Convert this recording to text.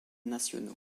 nationaux